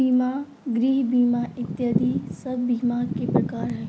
बीमा, गृह बीमा इत्यादि सब बीमा के प्रकार हय